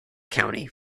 county